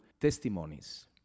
testimonies